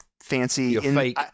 fancy